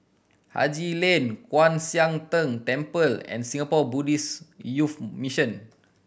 Haji Lane Kwan Siang Tng Temple and Singapore Buddhist Youth Mission